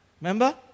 Remember